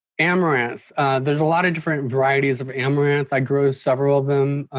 amaranth there are a lot of different varieties of amaranth. i grow several of them,